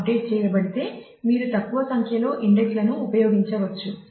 update లను ఉపయోగించవచ్చు